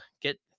get